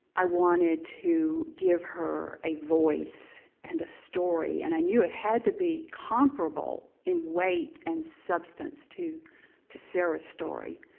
i wanted to give her a voice and a story and i knew it had to be comparable in weight and substance to to sarah's story.